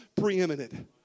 preeminent